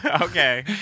Okay